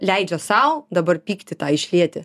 leidžia sau dabar pyktį tą išlieti